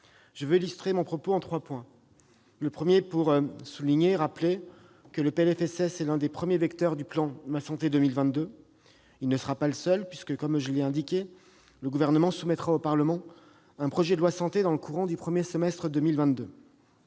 J'illustrerai mon propos en trois points. Le projet de loi de financement de la sécurité sociale est l'un des premiers vecteurs du plan « Ma santé 2022 ». Il ne sera pas le seul puisque, comme je l'ai déjà indiqué, le Gouvernement soumettra au Parlement un projet de loi Santé dans le courant du premier semestre 2022.